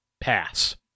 Pass